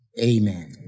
Amen